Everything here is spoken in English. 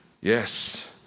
Yes